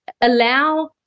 allow